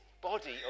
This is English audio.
body